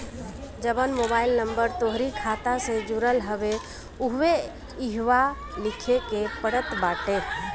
जवन mobile number तोहरी खाता से जुड़ल हवे उहवे इहवा लिखे के पड़त बाटे